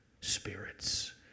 spirits